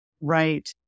Right